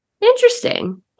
Interesting